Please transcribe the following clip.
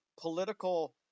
political